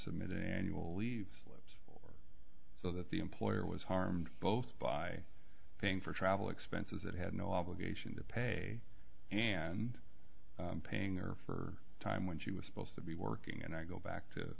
submitted annual leave slips so that the employer was harmed both by paying for travel expenses that had no obligation to pay and paying or for a time when she was supposed to be working and i go back to